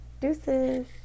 Deuces